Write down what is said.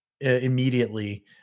immediately